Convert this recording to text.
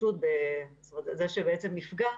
זה שבעצם נפגע,